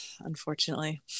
unfortunately